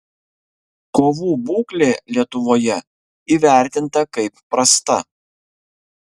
kovų būklė lietuvoje įvertinta kaip prasta